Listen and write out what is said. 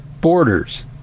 borders